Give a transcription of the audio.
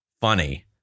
funny